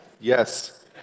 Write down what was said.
Yes